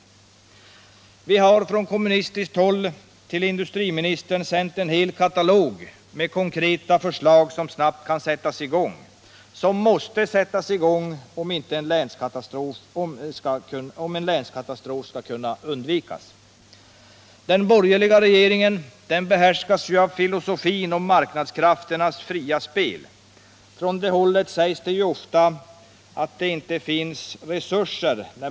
Från kommunistiskt håll har vi till industriministern sänt en hel katalog med konkreta förslag som snabbt kan förverkligas — och som måste sättas i gång om en länskatastrof skall kunna undvikas! Den borgerliga regeringen behärskas av filosofin om ”marknadskrafternas fria spel”. Från det hållet sägs ofta, när man bemöter våra krav, att det inte finns resurser.